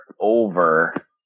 over